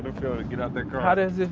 ah feel to get out that but